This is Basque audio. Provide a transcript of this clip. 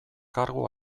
kargu